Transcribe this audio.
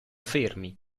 fermi